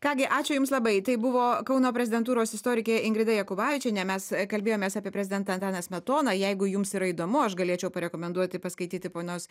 ką gi ačiū jums labai tai buvo kauno prezidentūros istorikė ingrida jakubavičienė mes kalbėjomės apie prezidentą antaną smetoną jeigu jums yra įdomu aš galėčiau parekomenduoti paskaityti ponios